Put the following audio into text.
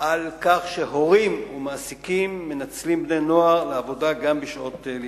על כך שהורים ומעסיקים מנצלים בני-נוער לעבודה גם בשעות לימודים.